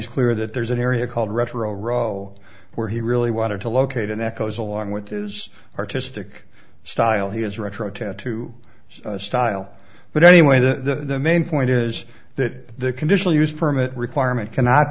is clear that there's an area called retro row where he really wanted to locate an echoes along with his artistic style his retro tattoo style but anyway the main point is that the conditional use permit requirement cannot